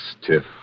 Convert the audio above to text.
stiff